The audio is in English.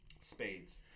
spades